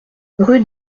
rue